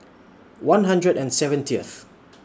one hundred and seventieth